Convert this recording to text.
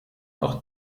auch